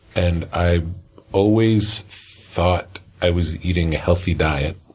and, i always thought i was eating a healthy diet.